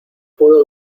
puedo